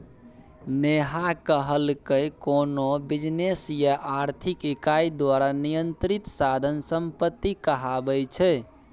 नेहा कहलकै कोनो बिजनेस या आर्थिक इकाई द्वारा नियंत्रित साधन संपत्ति कहाबै छै